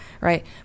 right